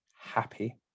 happy